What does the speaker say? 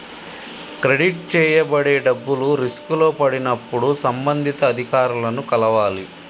credit చేయబడే డబ్బులు రిస్కులో పడినప్పుడు సంబంధిత అధికారులను కలవాలి